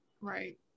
Right